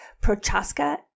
Prochaska